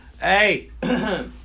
hey